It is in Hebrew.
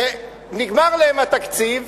שנגמר להם התקציב,